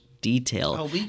detail